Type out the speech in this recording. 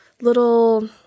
little